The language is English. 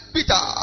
Peter